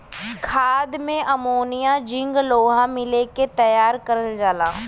खाद में ammonia zinc लोहा मिला के तैयार करल जाला